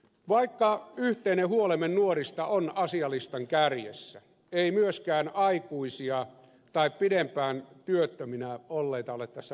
vaikka yhteinen huolemme nuorista on asialistan kärjessä ei myöskään aikuisia tai pidempään työttöminä olleita ole tässä budjettiesityksessä unohdettu